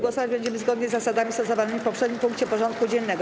Głosować będziemy zgodnie z zasadami stosowanymi w poprzednim punkcie porządku dziennego.